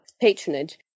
patronage